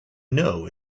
know